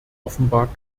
offenbar